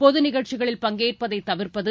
பொதுநிகழ்ச்சிகளில் பங்கேற்பதை தவிர்ப்பது